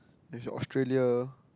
there's a Australia